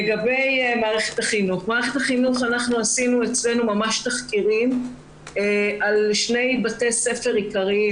לגבי מערכת החינוך עשינו אצלנו תחקירים על שני בתי ספר עיקריים,